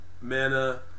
Mana